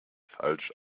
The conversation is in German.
falsch